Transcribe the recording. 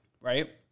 Right